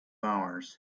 hours